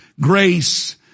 Grace